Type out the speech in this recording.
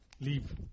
leave